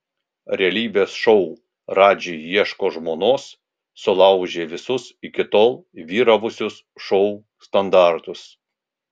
realybės šou radži ieško žmonos sulaužė visus iki tol vyravusius šou standartus